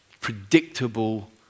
predictable